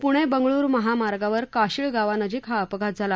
पुणे बंगळुरू महामार्गावर काशीळ गावानजिक हा अपघात झाला